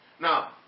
Now